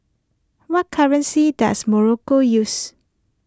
what currency does Morocco use